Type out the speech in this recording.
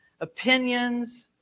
opinions